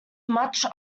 much